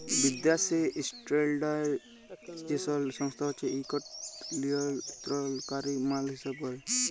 বিদ্যাসি ইস্ট্যাল্ডার্ডাইজেশল সংস্থা হছে ইকট লিয়লত্রলকারি মাল হিঁসাব ক্যরে